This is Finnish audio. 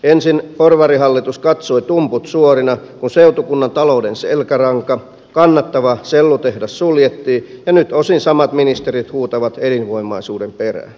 ensin porvarihallitus katsoi tumput suorina kun seutukunnan talouden selkäranka kannattava sellutehdas suljettiin ja nyt osin samat ministerit huutavat elinvoimaisuuden perään